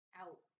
out